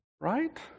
Right